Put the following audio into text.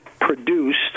produced